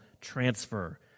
transfer